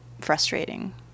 frustrating